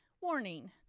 warning